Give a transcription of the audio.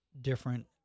different